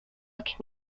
working